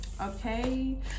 okay